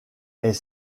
est